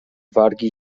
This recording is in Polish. wargi